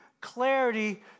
clarity